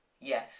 Yes